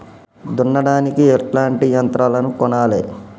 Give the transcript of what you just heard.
దున్నడానికి ఎట్లాంటి యంత్రాలను కొనాలే?